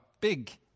big